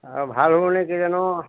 অঁ ভাল হ'ব নেকি জানোঁ